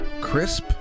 crisp